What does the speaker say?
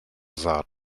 saat